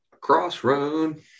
Crossroad